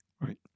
right